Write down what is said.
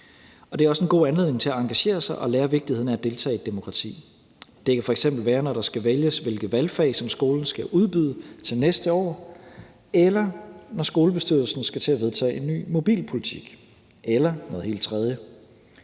det er også en god anledning til at engagere sig og lære vigtigheden af at deltage i et demokrati. Det kan f.eks. være, når der skal vælges, hvilke valgfag skolen skal udbyde til næste år, eller når skolebestyrelsen skal til at vedtage en ny mobilpolitik – eller noget helt tredje.